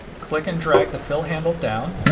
click and drag the fill handle down,